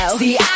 see